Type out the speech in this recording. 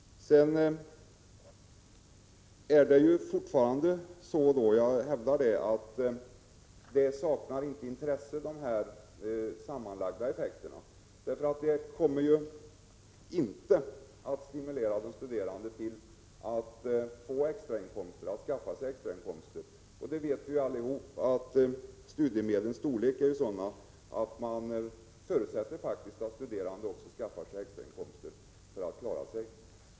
Och jag hävdar fortfarande att de sammanlagda effekterna inte saknar intresse. Detta kommer inte att stimulera de studerande till att skaffa sig extrainkomster. Vi vet alla att studiemedlens storlek är sådan att det faktiskt förutsätts att studerande skaffar sig extrainkomster för att de skall kunna klara sig.